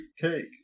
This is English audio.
cake